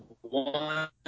one